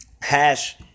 Hash